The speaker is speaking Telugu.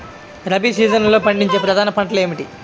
రబీ సీజన్లో పండించే ప్రధాన పంటలు ఏమిటీ?